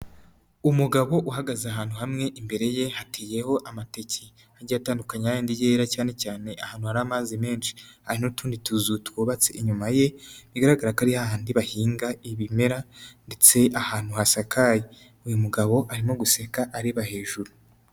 Umugabo uhagaze ahantu hamwe imbere ye hateyeyeho amateke agiye atandukanye ya y'andi yera cyane cyane ahantu hari amazi menshi hari n'utundi tuzu twubatse inyuma ye bigaragara ko ari ha handi bahinga ibimera ndetse ahantu hasakaye, uyu mugabo arimo guseka areba hejuru.